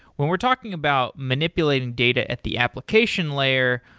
when we're talking about manipulating data at the application layer,